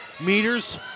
Meters